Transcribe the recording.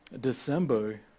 December